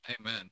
Amen